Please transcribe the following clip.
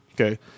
Okay